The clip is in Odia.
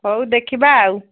ହଉ ଦେଖିବା ଆଉ